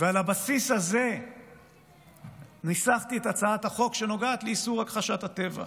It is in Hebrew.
ועל הבסיס הזה ניסחתי את הצעת החוק שנוגעת לאיסור הכחשת הטבח.